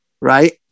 right